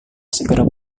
segera